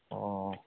ꯑꯣ